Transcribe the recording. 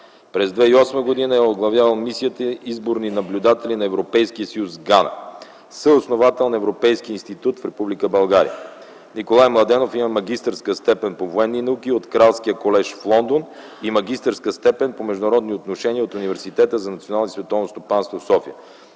През 2008 г. е оглавявал Мисията „Изборни наблюдатели на Европейския съюз” в Гана. Съосновател е на Европейския институт в Република България. Николай Младенов има магистърска степен по военни науки от Кралския колеж в Лондон и магистърска степен по международни отношения от Университета за национално и световно стопанство в София.